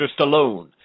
Stallone